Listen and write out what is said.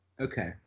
Okay